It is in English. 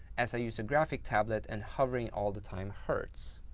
as i use the graphic tablet and hovering all the time hurts?